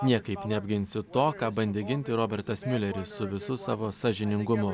niekaip neapginsi to ką bandė ginti robertas miuleris su visu savo sąžiningumu